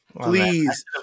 Please